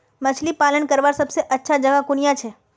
मछली पालन करवार सबसे अच्छा जगह कुनियाँ छे?